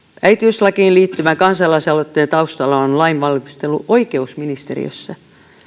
äitiyslakiin liittyvän kansalaisaloitteen taustalla on lainvalmistelu oikeusministeriössä